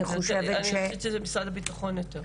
אני חושבת שזה --- אני חושבת שזה משרד הביטחון יותר.